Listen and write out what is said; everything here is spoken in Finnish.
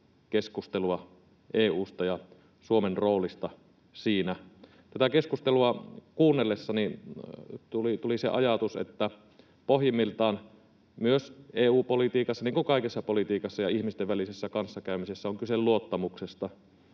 keskustelua EU:sta ja Suomen roolista siinä. Tätä keskustelua kuunnellessani tuli se ajatus, että pohjimmiltaan myös EU-politiikassa, niin kuin kaikessa politiikassa ja ihmisten välisessä kanssakäymisessä, on kyse luottamuksesta,